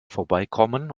vorbeikommen